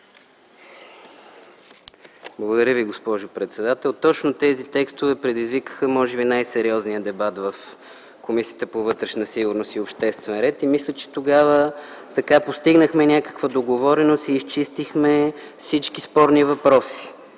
Благодаря Ви, госпожо председател. Точно тези текстове предизвикаха може би най-сериозния дебат в Комисията по вътрешна сигурност и обществен ред. Мисля, че тогава постигнахме някаква договореност и изчистихме всички спорни въпроси.